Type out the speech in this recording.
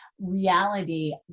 reality